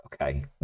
Okay